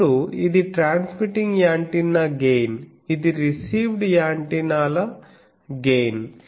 ఇప్పుడు ఇది transmitting antenna gain ఇది రిసీవ్డ్ యాంటెన్నాల గెయిన్